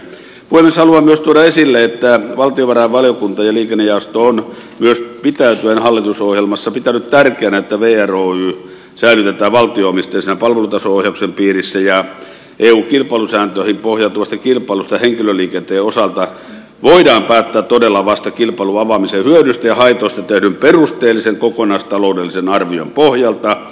haluan myös tuoda esille että valtiovarainvaliokunta ja liikennejaosto ovat pitäytyen hallitusohjelmassa pitäneet tärkeänä että vr oy säilytetään valtio omisteisena palvelutaso ohjauksen piirissä ja eu kilpailusääntöihin pohjautuvasta kilpailusta henkilöliikenteen osalta voidaan päättää todella vasta kilpailun avaamisen hyödyistä ja haitoista tehdyn perusteellisen kokonaistaloudellisen arvion pohjalta